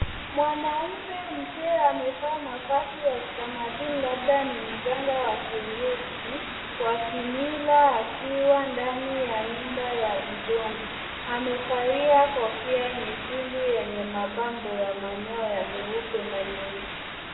Mwanaume mzee amevaa mavazi ya kitamaduni, labda ni mganga wa kienyeji wa kimila akiwa ndani ya nyumba ya udongo. Amevalia kofia nyekundu yenye mapambo ya manyoya meupe na meusi.